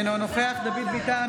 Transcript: אינו נוכח דוד ביטן,